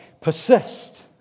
Persist